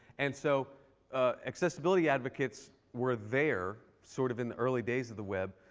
and so accessibility advocates were there sort of in the early days of the web.